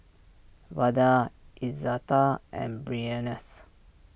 Vada Izetta and Brianne's